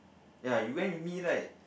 ya you went with me right